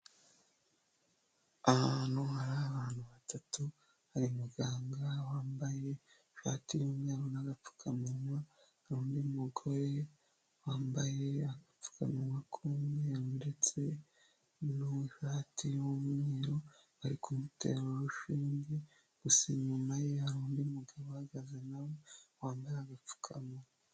Ahantu hari abantu batatu, hari umuganga wambaye ishati y'imweru n'agapfukamunwa, hari undi mugore wambaye agapfukanwa k'umweru ndetse n'ishati y'umweru, ari kumutera urushinge gusa inyuma ye, hari undi mugabo ugaze nawe wambaye agapfukamunwa.